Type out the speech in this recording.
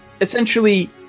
essentially